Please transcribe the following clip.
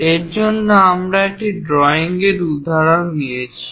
এর জন্য আমরা একটি ড্রয়িং এর উদাহরণ নিয়েছি